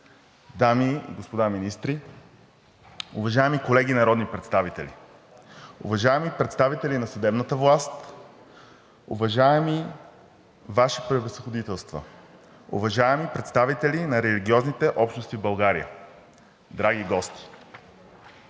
дами и господа министри, уважаеми колеги народни представители, уважаеми представители на съдебната власт, уважаеми Ваши Превъзходителства, уважаеми представители на религиозните общности в България, драги гости!